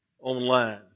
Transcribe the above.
online